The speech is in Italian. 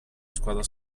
squadra